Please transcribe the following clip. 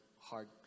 hard